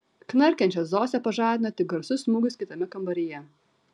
knarkiančią zosę pažadino tik garsus smūgis kitame kambaryje